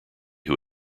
who